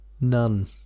none